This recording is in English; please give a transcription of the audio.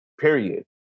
period